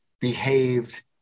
behaved